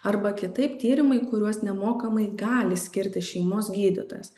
arba kitaip tyrimai kuriuos nemokamai gali skirti šeimos gydytojas